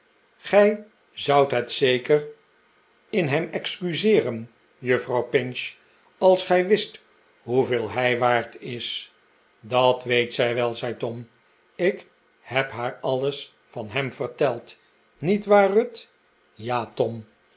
gij zoudt het zeker in hem excuseeren juffrouw pinch als gij wist hoeveel hij waard is dat weet zij wel zei tom ik heb haar alles van hem verteld niet waar ruth ja tom